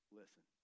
listen